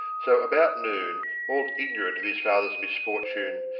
so about noon, all ignorant of his father's mis fortune,